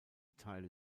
teile